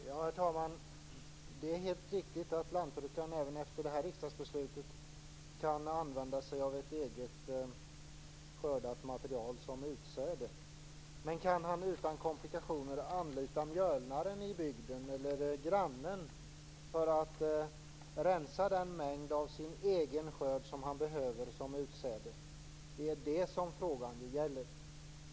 Herr talman! Det är helt riktigt att lantbrukaren även efter detta riksdagsbeslut kan använda sig av sitt eget skördade material som utsäde. Men kan han utan komplikationer anlita mjölnaren i bygden eller grannen för att rensa den mängd av sin egen skörd som han behöver som utsäde? Det är ju det som frågan gäller.